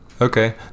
okay